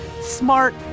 smart